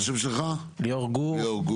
שישים שניות?